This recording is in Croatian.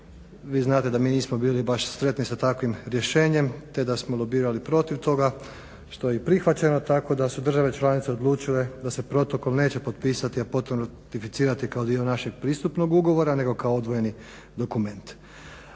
Vi znate da mi nismo bili baš sretni sa takvim rješenjem te da smo dobivali protiv toga što je i prihvaćeno tako da su države članice odlučile da se protokol neće potpisati, a potom ratificirati kao dio našeg pristupnog ugovora nego kao odvojeni dokument.